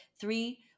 three